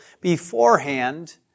beforehand